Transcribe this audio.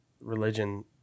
religion